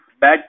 Bad